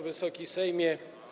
Wysoki Sejmie!